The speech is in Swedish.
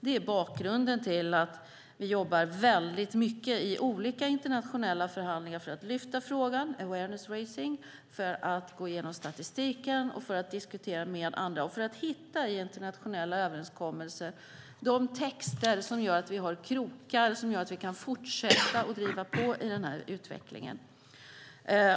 Det är bakgrunden till att vi jobbar mycket i olika internationella förhandlingar för att lyfta frågan, med awareness raising, för att gå igenom statistiken och diskutera med andra och för att i internationella överenskommelser hitta de texter som ger oss krokar som gör att vi kan fortsätta att driva på i den här utvecklingen.